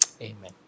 amen